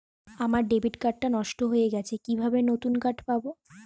আমার debit card টা নষ্ট হয়ে গেছে কিভাবে নতুন কার্ড পাব?